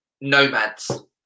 nomads